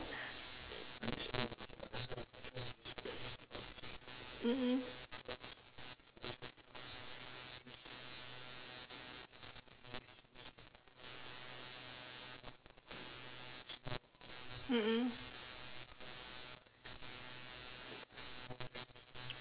mm mm mm mm